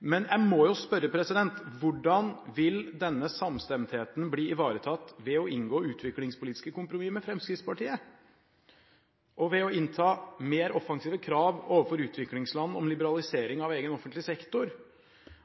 Men jeg må spørre: Hvordan vil denne samstemtheten bli ivaretatt ved å inngå utviklingspolitiske kompromisser med Fremskrittspartiet, ved å innta mer offensive krav overfor utviklingsland om liberalisering av egen offentlig sektor